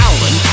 Alan